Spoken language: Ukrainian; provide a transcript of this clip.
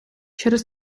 через